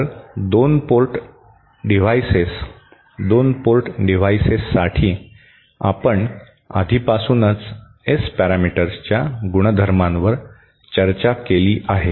तर 2 port devices 2 port डिव्हाइसेससाठी आपण आधीपासूनच एस पॅरामीटर्सच्या गुणधर्मांवर चर्चा केली आहे